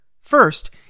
First